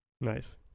nice